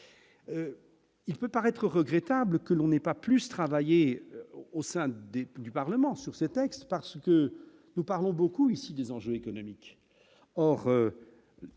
il peut paraître regrettable que l'on n'est pas plus travailler au sein des du parlement sur ces textes parce que nous parlons beaucoup ici des enjeux économiques, or